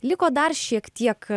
liko dar šiek tiek